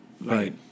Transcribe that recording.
Right